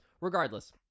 regardless